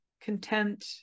content